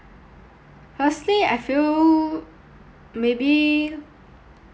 firstly I feel maybe